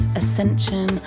ascension